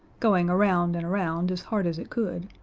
going around and around as hard as it could,